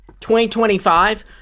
2025